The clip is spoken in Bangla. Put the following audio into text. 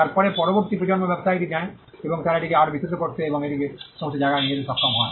তারপরে পরবর্তী প্রজন্ম ব্যবসায়টি নেয় এবং তারা এটিকে আরও বিস্তৃত করতে এবং এটিকে সমস্ত জায়গায় নিয়ে যেতে সক্ষম হয়